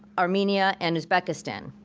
armenia, and uzbekistan.